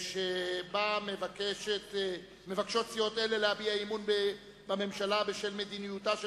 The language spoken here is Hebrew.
שבה מבקשות סיעות אלה להביע אי-אמון בממשלה בשל מדיניותה של